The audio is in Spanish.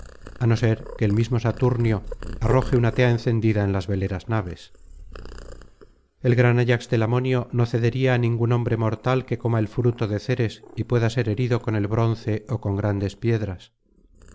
á no ser que el mismo saturnio arroje una tea encendida en las veleras naves el gran ayax telamonio no cedería á ningún hombre mortal que coma el fruto de ceres y pueda ser herido con el bronce ó con grandes piedras